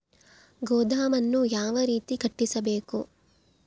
ಗೋದಾಮನ್ನು ಯಾವ ರೇತಿ ಕಟ್ಟಿಸಬೇಕು?